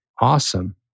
Awesome